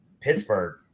Pittsburgh